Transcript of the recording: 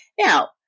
Now